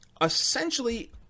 essentially